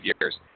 years